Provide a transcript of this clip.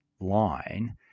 line